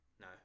No